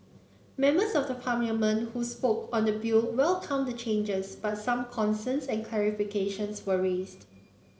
members of Parliament who spoke on the bill welcomed the changes but some concerns and clarifications were raised